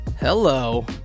hello